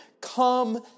come